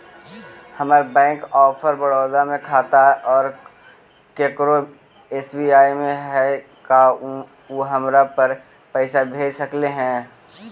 हमर bank of Baroda में खाता है और केकरो एस.बी.आई में है का उ हमरा पर पैसा भेज सकले हे?